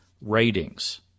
ratings